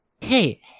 hey